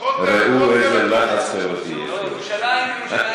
ראו איזה לחץ חברתי יש פה,